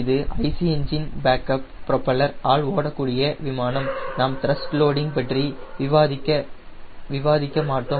இது IC engine backup propeller ஆல் ஓடக்கூடிய விமானம் நாம் த்ரஸ்ட் லோடிங் பற்றி விவாதிக்க மாட்டோம்